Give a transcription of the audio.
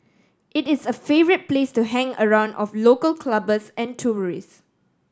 it is a favourite place to hang around of local clubbers and tourist